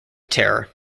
terror